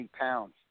pounds